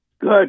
Good